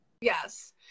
Yes